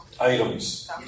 items